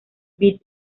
bin